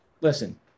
Listen